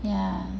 yeah